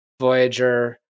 Voyager